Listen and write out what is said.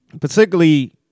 particularly